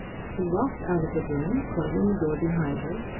she walked out of the room, closing the door behind her,